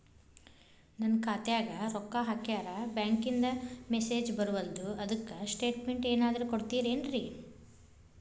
ನನ್ ಖಾತ್ಯಾಗ ರೊಕ್ಕಾ ಹಾಕ್ಯಾರ ಬ್ಯಾಂಕಿಂದ ಮೆಸೇಜ್ ಬರವಲ್ದು ಅದ್ಕ ಸ್ಟೇಟ್ಮೆಂಟ್ ಏನಾದ್ರು ಕೊಡ್ತೇರೆನ್ರಿ?